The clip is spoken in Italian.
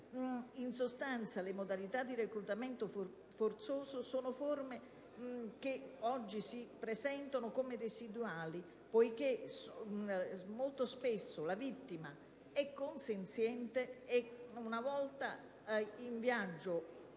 In sostanza le modalità di reclutamento forzoso sono forme che oggi si presentano come residuali, poiché molto spesso la vittima è consenziente e una volta giunta